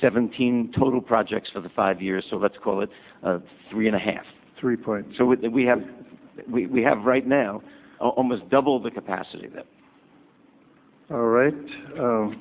seventeen total projects for the five years so let's call it three and a half three point so with that we have we have right now almost double the capacity all right